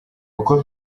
uko